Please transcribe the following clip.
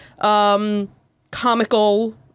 comical